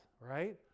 right